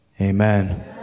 amen